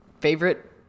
favorite